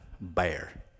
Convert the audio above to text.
bear